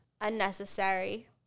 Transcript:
Unnecessary